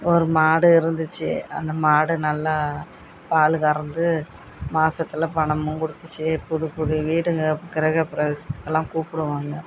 ஒரு மாடு இருந்துச்சு அந்த மாடு நல்லா பால் கறந்து மாதத்துல பணமும் கொடுத்துச்சி புது புது வீடுங்க கிரஹப்பிரவேசத்துக்கெல்லாம் கூப்பிடுவாங்க